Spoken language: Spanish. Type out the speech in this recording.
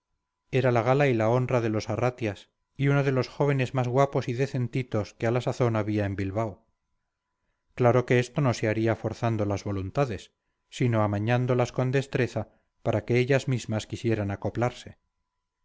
era la gala y la honra de los arratias y uno de los jóvenes más guapos y decentitos que a la sazón había en bilbao claro que esto no se haría forzando las voluntades sino amañándolas con destreza hasta que ellas mismas quisieran acoplarse